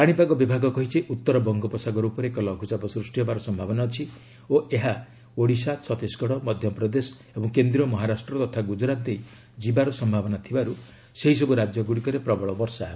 ପାଣିପାଗ ବିଭାଗ କହିଛି ଉତ୍ତର ବଙ୍ଗୋପସାଗର ଉପରେ ଏକ ଲଘୁଚାପ ସୃଷ୍ଟି ହେବାର ସନ୍ତାବନା ଅଛି ଓ ଏହା ଓଡ଼ିଶା ଛତିଶଗଡ଼ ମଧ୍ୟପ୍ରଦେଶ ଏବଂ କେନ୍ଦ୍ରୀୟ ମହାରାଷ୍ଟ୍ର ତଥା ଗୁଜରାତ ଦେଇ ଯିବାର ସମ୍ଭାବନା ଥିବାରୁ ସେହିସବୁ ରାଜ୍ୟଗୁଡ଼ିକରେ ପ୍ରବଳ ବର୍ଷା ହେବ